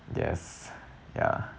yes ya